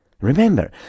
Remember